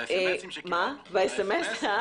והמסרונים שקיבלנו.